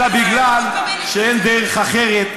אלא כי אין דרך אחרת,